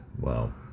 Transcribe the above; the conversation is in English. Wow